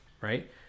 right